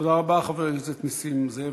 תודה רבה, חבר הכנסת נסים זאב.